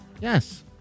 Yes